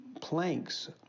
planks